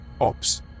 Ops